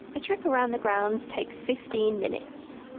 a trip around the grounds takes fifteen minutes